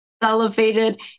elevated